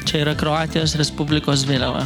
čia yra kroatijos respublikos vėliava